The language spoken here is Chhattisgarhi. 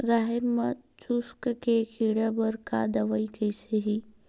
राहेर म चुस्क के कीड़ा बर का दवाई कइसे ही?